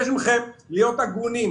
הזמנת את מנכ"ל משרד ראש הממשלה החליפי?